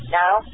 now